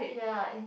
ya